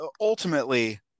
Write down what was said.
ultimately